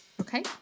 okay